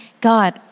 God